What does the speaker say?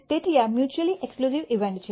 તેથી આ mutually exclusive events છે